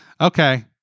Okay